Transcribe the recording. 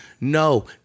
No